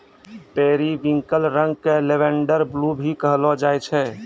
periwinkle रंग क lavender blue भी कहलो जाय छै